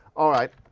all right,